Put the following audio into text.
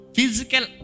Physical